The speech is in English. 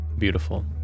Beautiful